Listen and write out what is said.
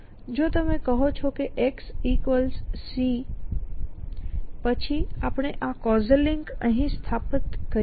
જો તમે કહો કે xC પછી આપણે આ કૉઝલ લિંક અહીં સ્થાપિત કરી શકીએ